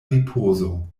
ripozo